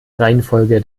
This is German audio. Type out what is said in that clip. reihenfolge